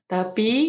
Tapi